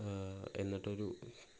എന്നിട്ടൊരു